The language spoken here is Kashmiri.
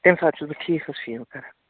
تَمہِ ساتہٕ چھُس بہٕ ٹھیٖک حظ فیٖل کَران